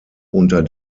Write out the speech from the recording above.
unter